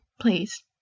please